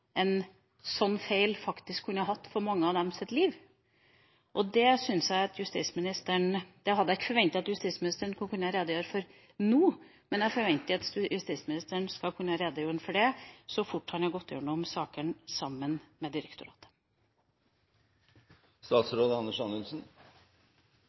en sånn feil faktisk kan ha hatt for livene til mange av dem. Det hadde jeg ikke forventet at justisministeren kunne redegjøre for nå, men jeg forventer at justisministeren skal kunne redegjøre for det så fort han har gått gjennom sakene sammen med